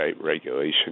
regulation